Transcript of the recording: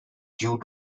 due